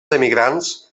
emigrants